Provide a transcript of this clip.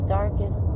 darkest